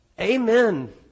Amen